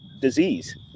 disease